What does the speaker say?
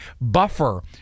buffer